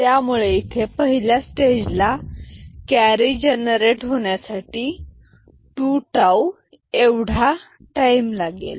त्यामुळे इथे पहिल्या स्टेजला कॅरी जनरेट होण्यासाठी 2 टाऊ एवढा टाईम लागेल